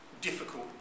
difficult